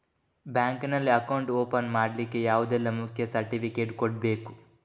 Bank ನಲ್ಲಿ account open ಮಾಡ್ಲಿಕ್ಕೆ ಯಾವುದೆಲ್ಲ ಮುಖ್ಯ ಸರ್ಟಿಫಿಕೇಟ್ ಕೊಡ್ಬೇಕು?